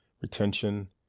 retention